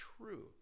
true